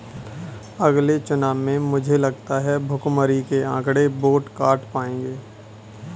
अगले चुनाव में मुझे लगता है भुखमरी के आंकड़े वोट काट पाएंगे